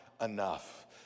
enough